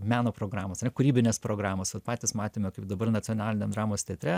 meno programos yra kūrybinės programos vat patys matėme kaip dabar nacionaliniam dramos teatre